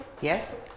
Yes